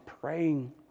praying